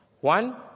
One